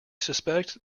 suspect